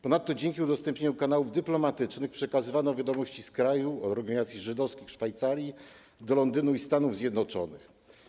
Ponadto dzięki udostępnieniu kanałów dyplomatycznych przekazywano wiadomości z kraju, od organizacji żydowskich w Szwajcarii do Londynu i Stanów Zjednoczonych.